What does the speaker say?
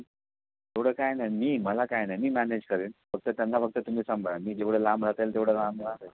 एवढं काय नाही मी मला काय नाही मी मॅनेज करेन फक्त त्यांना फक्त तुम्ही सांभाळा मी जेवढ्या लांब राहता येईल तेवढं लांब राहता येईल